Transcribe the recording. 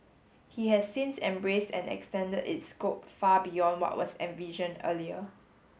he has since embraced and extended its scope far beyond what was envisioned earlier